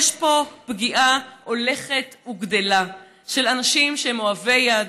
יש פה פגיעה הולכת וגדלה באנשים שהם אוהבי יהדות,